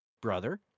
brother